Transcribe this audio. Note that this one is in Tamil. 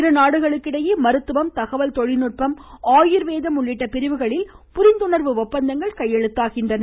இருநாடுகளுக்கிடையே மருத்துவம் தகவல் தொழில்நுட்பம் ஆயுர்வேதம் உள்ளிட்ட பிரிவுகளில் புரிந்துணர்வு ஒப்பந்தங்கள் கையெழுத்தாகின்றன